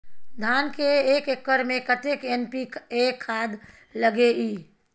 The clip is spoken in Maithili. धान के एक एकर में कतेक एन.पी.ए खाद लगे इ?